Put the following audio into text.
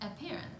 appearance